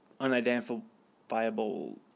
unidentifiable